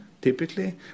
typically